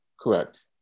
Correct